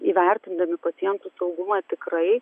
įvertindami pacientų saugumą tikrai